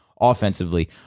offensively